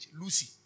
Lucy